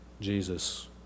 Jesus